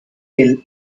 ill